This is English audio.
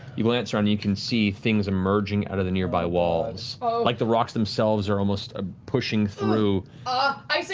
you glance around and you can see things emerging out of the nearby walls. like the rocks themselves are almost ah pushing through. marisha ah i say,